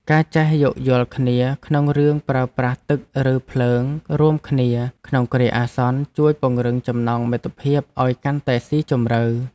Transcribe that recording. ការចេះយោគយល់គ្នាក្នុងរឿងប្រើប្រាស់ទឹកឬភ្លើងរួមគ្នាក្នុងគ្រាអាសន្នជួយពង្រឹងចំណងមិត្តភាពឱ្យកាន់តែស៊ីជម្រៅ។